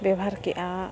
ᱵᱮᱵᱷᱟᱨ ᱠᱮᱜᱼᱟ